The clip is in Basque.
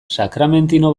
sakramentino